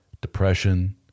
depression